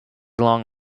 long